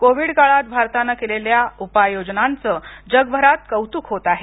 Covid काळात भारतानं केलेल्या उपाययोजनांचं जगभरात कौतुक होत आहे